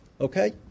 Okay